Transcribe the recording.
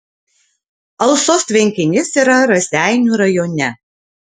alsos tvenkinys yra raseinių rajone